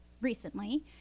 Recently